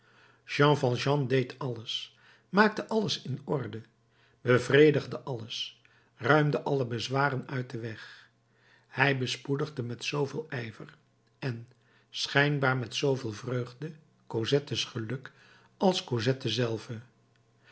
jean valjean deed alles maakte alles in orde bevredigde alles ruimde alle bezwaren uit den weg hij bespoedigde met zooveel ijver en schijnbaar met zooveel vreugde cosettes geluk als cosette zelve